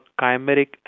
chimeric